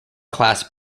class